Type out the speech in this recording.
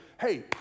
hey